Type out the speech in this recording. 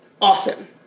awesome